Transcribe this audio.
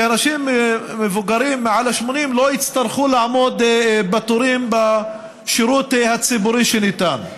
שאנשים מבוגרים מעל 80 לא יצטרכו לעמוד בתורים בשירות הציבורי שניתן.